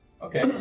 Okay